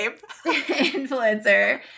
influencer